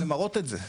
אבל הן מראות את זה.